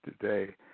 today